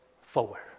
forward